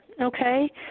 okay